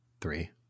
Three